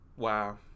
wow